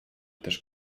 też